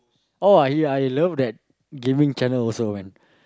oh I I love that gaming channel also man